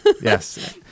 yes